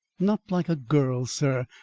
not like a girl, sir.